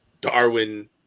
Darwin